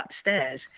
upstairs